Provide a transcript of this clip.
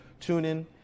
TuneIn